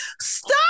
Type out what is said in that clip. stop